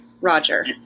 Roger